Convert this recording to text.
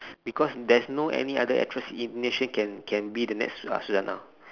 because there's no any other actress in the nation can can be the next uh suzzanna